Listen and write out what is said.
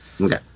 Okay